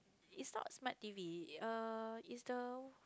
is not smart T_V err is the